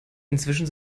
inzwischen